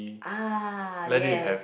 ah yes